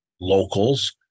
locals